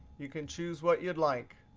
you can choose what you'd like.